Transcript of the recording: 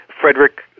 Frederick